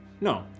no